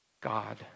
God